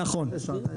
נכון.